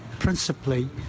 principally